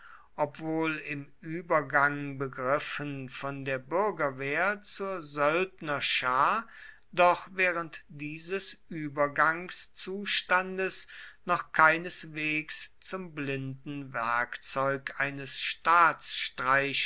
obwohl im übergang begriffen von der bürgerwehr zur söldnerschar doch während dieses übergangszustandes noch keineswegs zum blinden werkzeug eines